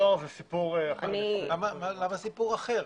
הדואר הוא סיפור אח.ר למה זה סיפור אחר?